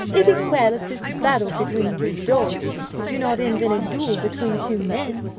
it is well if this battle between two dogs do not end in a duel between two men,